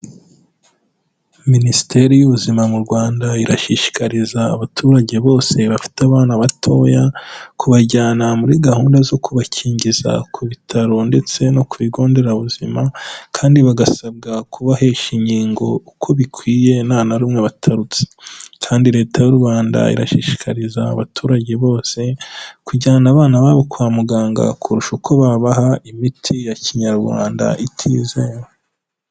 Minisiteri y'ubuzima mu Rwanda irashishikariza abaturage bose bafite abana batoya, kubajyana muri gahunda zo kubakingiza ku bitaro ndetse no ku Bigo Nderabuzima, kandi bagasabwa kubahesha inkingo uko bikwiye nta na rumwe batarutse. Kandi Leta y'u Rwanda irashishikariza abaturage bose, kujyana abana babo kwa muganga kurusha uko babaha imiti ya kinyarwanda itizewe.